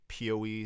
poe